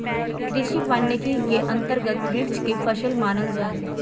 कृषि वानिकी के अंतर्गत वृक्ष के फसल मानल जा हइ